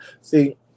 See